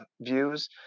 views